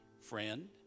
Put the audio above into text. friend